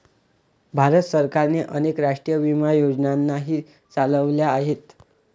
भारत सरकारने अनेक राष्ट्रीय विमा योजनाही चालवल्या आहेत